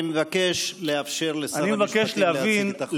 אני מבקש לאפשר לשר המשפטים להציג את החוק.